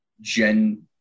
Gen